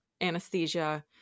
anesthesia